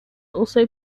also